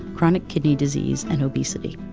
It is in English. chronic kidney disease, and obesity.